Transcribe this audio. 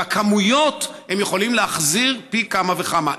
בכמויות הם יכולים להחזיר פי כמה וכמה.